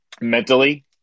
mentally